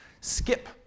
skip